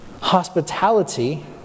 Hospitality